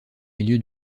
milieu